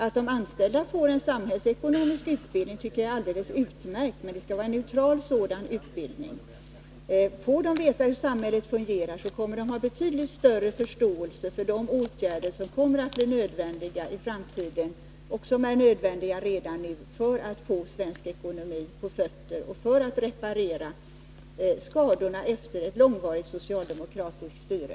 Att de anställda får en samhällsekonomisk utbildning tycker jag är alldeles utmärkt, men det skall vara en neutral sådan utbildning. Får de veta hur samhället fungerar, så kommer de att ha betydligt större förståelse för de åtgärder som kommer att bli nödvändiga i framtiden — och som är nödvändiga redan nu — för att vi skall få svensk ekonomi på fötter och reparera skadorna efter ett långvarigt socialdemokratiskt styre.